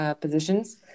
positions